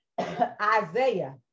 Isaiah